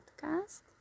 podcast